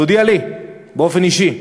תודיע לי באופן אישי,